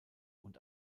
und